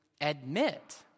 admit